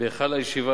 אחר כך תוכל להוסיף.